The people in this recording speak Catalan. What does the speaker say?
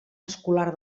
escolar